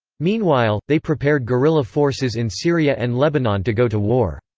meanwhile, they prepared guerilla forces in syria and lebanon to go to war.